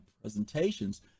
presentations